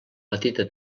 petita